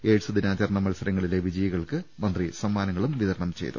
AIDS ദിനാചരണ മത്സരങ്ങളിലെ വിജയികൾക്ക് മന്ത്രി സമ്മാനങ്ങളും വിതരണം ചെയ്തു